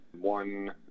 one